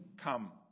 Come